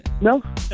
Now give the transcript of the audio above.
No